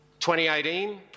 2018